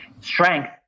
strength